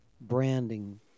branding